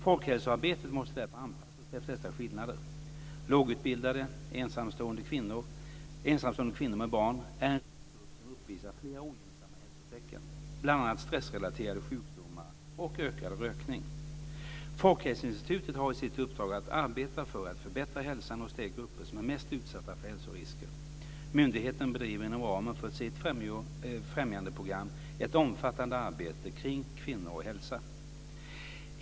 Folkhälsoarbetet måste därför anpassas efter dessa skillnader. Lågutbildade, ensamstående kvinnor med barn är en riskgrupp som uppvisar flera ogynnsamma hälsotecken, bl.a. stressrelaterade sjukdomar och ökad rökning. Folkhälsoinstitutet har i sitt uppdrag att arbeta för att förbättra hälsan hos de grupper som är mest utsatta för hälsorisker. Myndigheten bedriver inom ramen för sitt främjandeprogram ett omfattande arbete kring kvinnor och hälsa.